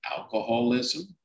alcoholism